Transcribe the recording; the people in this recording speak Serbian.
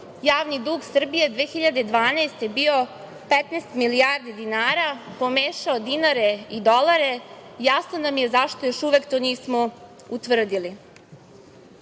javni dug Srbije 2012. godine bio 15 milijardi dinara, pomešao dinare i dolare, jasno nam je zašto to još uvek nismo utvrdili. Dok